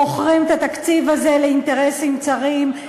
מוכרים את התקציב הזה לאינטרסים צרים.